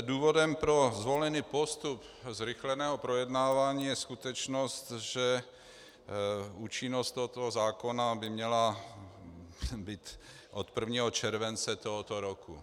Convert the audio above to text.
Důvodem pro zvolený postup zrychleného projednávání je skutečnost, že účinnost tohoto zákona by měla být od 1. července tohoto roku.